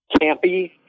campy